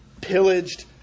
pillaged